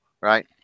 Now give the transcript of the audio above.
right